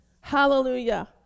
Hallelujah